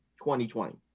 2020